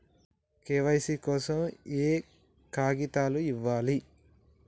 KYC కోసం ఏయే కాగితాలు ఇవ్వాలి?